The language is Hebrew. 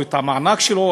או את המענק שלו,